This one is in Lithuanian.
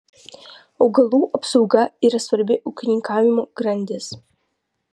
augalų apsauga yra svarbi ūkininkavimo grandis